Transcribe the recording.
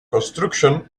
construction